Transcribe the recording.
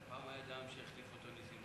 אדוני היושב-ראש,